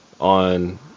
on